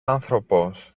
άνθρωπος